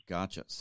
Gotcha